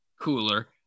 cooler